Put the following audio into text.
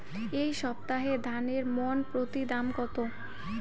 এই সপ্তাহে ধানের মন প্রতি দাম কত?